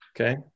Okay